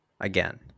again